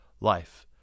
life